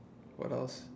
what else